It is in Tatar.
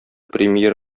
премьер